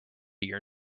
your